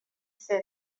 صدق